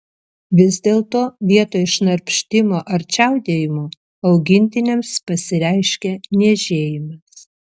vis dėlto vietoj šnarpštimo ar čiaudėjimo augintiniams pasireiškia niežėjimas